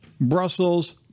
Brussels